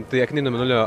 tai akiniai nuo mėnulio